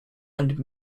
and